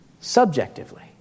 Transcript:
subjectively